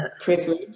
privilege